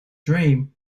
dream